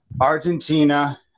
Argentina